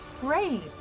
great